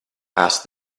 asked